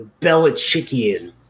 Belichickian